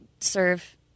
serve